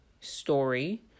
story